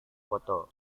foto